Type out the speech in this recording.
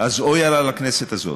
אז אויה לה, לכנסת הזאת.